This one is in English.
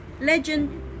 legend